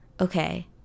okay